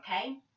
okay